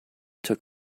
took